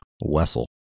Wessel